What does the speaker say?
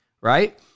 right